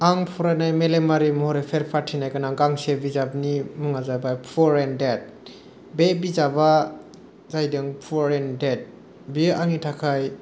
आं फरायनाय मेलेमारि महरै फेर फाथिनाय गांसे बिजाबनि मुङानो जाहैबाय पुर एण्ड देद बे बिजाबा जाहैदों पुर एण्ड देद बियो आंनि थाखाय